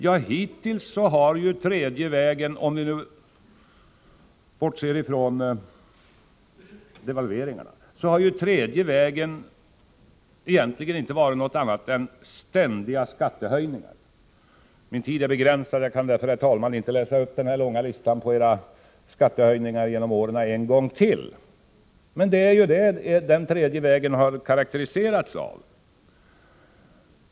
Ja, hittills har tredje vägen, bortsett från devalveringarna, egentligen inte varit någonting annat än ständiga skattehöjningar. Min taletid är begränsad; jag kan därför inte en gång till läsa upp den långa listan över era skattehöjningar genom åren, men det är dem som den tredje vägen har karakteriserats av.